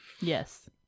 yes